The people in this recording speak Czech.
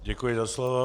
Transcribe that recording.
Děkuji za slovo.